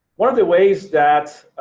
one of the ways that